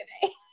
today